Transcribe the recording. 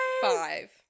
five